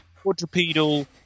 quadrupedal